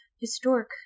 historic